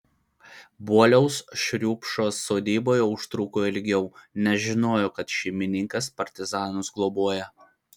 boliaus šriupšos sodyboje užtruko ilgiau nes žinojo kad šeimininkas partizanus globoja